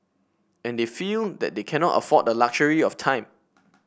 and they feel that they cannot afford the luxury of time